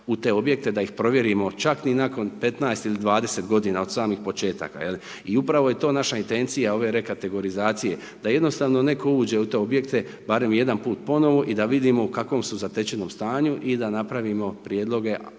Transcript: u te objekte da ih provjerimo čak ni nakon 15 ili 20 godina od samih početaka jel i upravo je to naša intencija ove rekategorizacije da jednostavno netko uđe u te objekte barem jedan put ponovo i da vidimo u kakvom su zatečenom stanju i da napravimo prijedloge